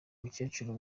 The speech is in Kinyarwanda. mukecuru